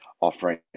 offering